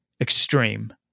extreme